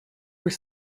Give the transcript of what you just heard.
were